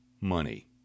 money